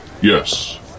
Yes